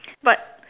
but